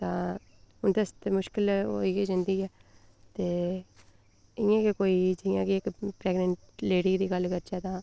हां उं'दे आस्तै मुश्कल होई गै जंदी ऐ ते इ'यां गै कोई जि'यां कि कोई प्रैगनेंट लेडी दी गल्ल करचै तां